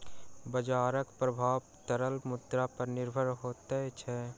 बजारक प्रभाव तरल मुद्रा पर निर्भर होइत अछि